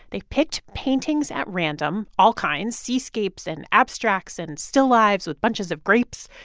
they picked paintings at random all kinds seascapes and abstracts and still lives with bunches of grapes.